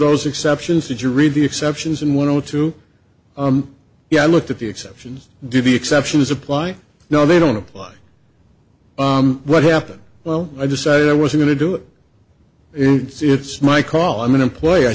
those exceptions did you read the exceptions and one or two yeah i looked at the exceptions do the exceptions apply no they don't apply what happened well i decided i was going to do it it's my call i'm an employer i